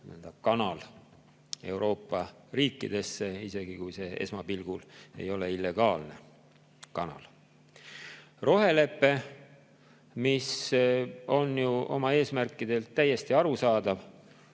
kanal Euroopa riikidesse, isegi kui see esmapilgul ei ole illegaalne kanal. Rohelepe, mis on ju oma eesmärkidelt täiesti arusaadav,